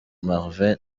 marvin